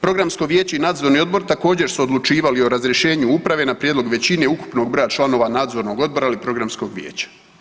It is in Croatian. Programsko vijeće i Nadzorni odbor također su odlučivali o razrješenju uprave na prijedlog većine ukupnog broja članova Nadzornog odbora ali i Programskog vijeća.